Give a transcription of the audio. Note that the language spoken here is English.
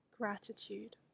gratitude